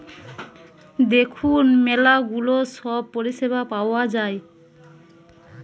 দেখুন ম্যালা গুলা সব পরিষেবা পাওয়া যায়